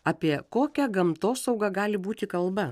apie kokią gamtosaugą gali būti kalba